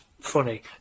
funny